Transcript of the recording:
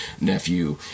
nephew